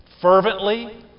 fervently